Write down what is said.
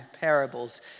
parables